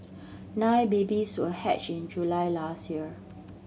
nine babies were hatched in July last year